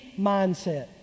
mindset